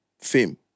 fame